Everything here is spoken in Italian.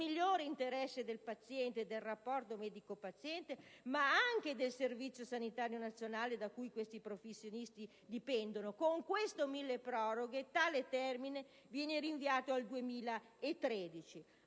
migliore interesse del paziente e del rapporto tra medico e paziente, ma anche del Servizio sanitario nazionale, da cui questi professionisti dipendono. Ebbene, con questo decreto milleproroghe, il termine è rinviato al 2013: